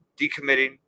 decommitting